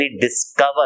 discover